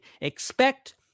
expect